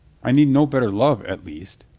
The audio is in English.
i need no better love at least.